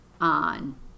on